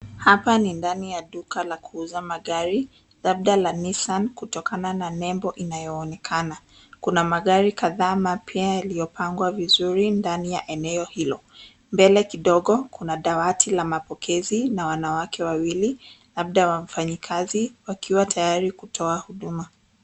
Hapa ni ndani ya duka la kuuza magari labda la Nissan kutokana na nebo inaonekana. Kuna magari kadhaa mapya yaliopangwa vizuri ndani ya eneo hilo. Mbele kidogo kuna dawati la mapokezi na wamawake wawili, labda wafanye kazi wakiwa tayari kutoa huduma.